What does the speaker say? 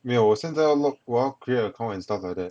没有我现在要 load 我要 create account and stuff like that